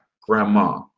grandma